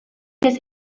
this